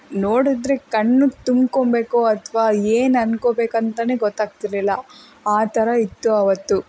ನೋಡಿದ್ರೆ ಕಣ್ಣು ತುಂಬ್ಕೊಬೇಕು ಅಥವಾ ಏನು ಅನ್ಕೋಬೇಕು ಅಂತಾನೇ ಗೊತ್ತಾಗ್ತಿರ್ಲಿಲ್ಲ ಆ ಥರ ಇತ್ತು ಆವತ್ತು